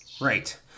Right